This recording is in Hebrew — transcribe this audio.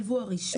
זה היבוא הרשמי.